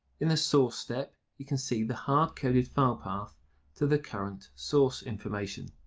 in the source step you can see the hard-coded file path to the current source information.